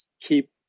keep